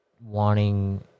wanting